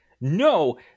No